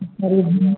इस तरह हम